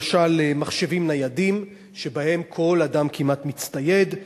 למשל, מחשבים ניידים, שבהם כל אדם כמעט מצטייד.